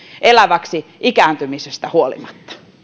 elämäksi ikääntymisestä huolimatta